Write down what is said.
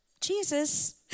Jesus